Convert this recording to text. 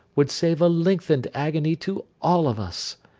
would save a lengthened agony to all of us.